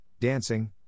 dancing